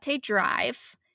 drive